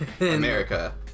America